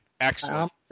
Excellent